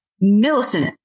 Millicent